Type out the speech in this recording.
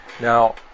now